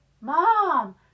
Mom